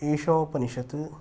Ishopanishad